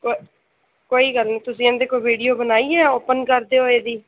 ਕੋ ਕੋਈ ਗੱਲ ਨਹੀਂ ਤੁਸੀਂ ਇਹ ਦੀ ਕੋਈ ਵੀਡੀਓ ਬਣਾਈ ਹੈ ਓਪਨ ਕਰਦੇ ਹੋਏ ਦੀ